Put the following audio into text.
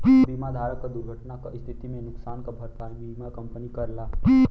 बीमा धारक क दुर्घटना क स्थिति में नुकसान क भरपाई बीमा कंपनी करला